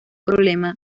problema